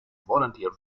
volunteer